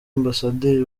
ambasaderi